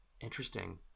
Interesting